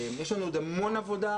יש לנו עוד המון עבודה.